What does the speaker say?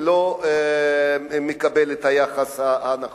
וזה לא מקבל את היחס הנכון.